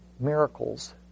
Miracles